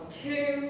two